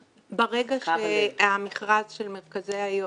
ברגע שהמכרז של מרכזי היום